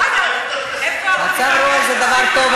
מצב רוח זה דבר טוב,